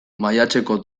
maiatzeko